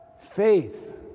Faith